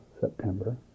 September